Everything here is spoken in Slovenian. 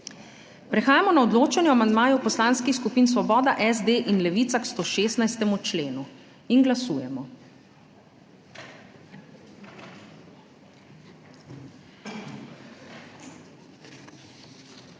Prehajamo na odločanje o amandmaju Poslanskih skupin Svoboda, SD in Levica k 116. členu. Glasujemo.